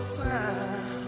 time